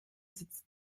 sitzt